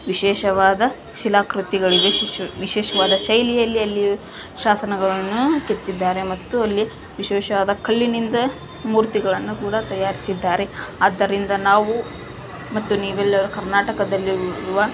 ವಿಶೇಷವಾದ ಶಿಲಾಕೃತಿಗಳಿವೆ ವಿಶೇಷ ವಿಶೇಷವಾದ ಶೈಲಿಯಲ್ಲಿ ಅಲ್ಲಿ ಶಾಸನಗಳನ್ನು ಕೆತ್ತಿದ್ದಾರೆ ಮತ್ತು ಅಲ್ಲಿ ವಿಶೇಷವಾದ ಕಲ್ಲಿನಿಂದ ಮೂರ್ತಿಗಳನ್ನು ಕೂಡ ತಯಾರಿಸಿದ್ದಾರೆ ಆದ್ದರಿಂದ ನಾವು ಮತ್ತು ನೀವೆಲ್ಲರೂ ಕರ್ನಾಟಕದಲ್ಲಿರುವ